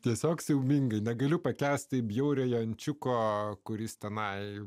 tiesiog siaubingai negaliu pakęsti bjauriojo ančiuko kuris tenai